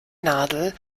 nadel